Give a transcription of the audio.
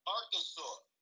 Arkansas